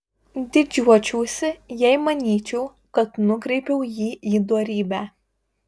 didžiuočiausi jei manyčiau kad nukreipiau jį į dorybę